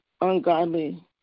ungodly